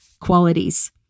qualities